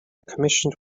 commissioned